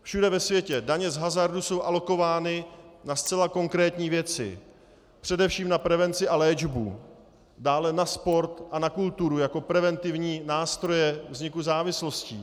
Všude ve světě daně z hazardu jsou alokovány na zcela konkrétní věci, především na prevenci a léčbu, dále na sport a na kulturu, jako preventivní nástroje vzniku závislostí.